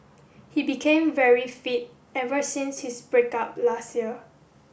he became very fit ever since his break up last year